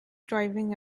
driving